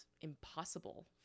impossible